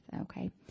Okay